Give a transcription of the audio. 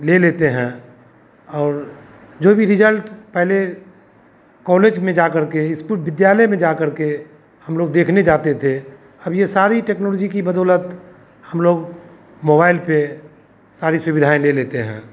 ले लेते हैं और जो भी रिजल्ट पहले कॉलेज में जा करके इसको विद्यालय में जा करके हम लोग देखने जाते थे अब ये सारी टेक्नोलोजी की बदौलत हम लोग मोबाइल पे सारी सुविधाएँ ले लेते हैं